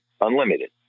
unlimited